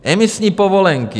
Emisní povolenky.